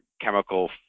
chemical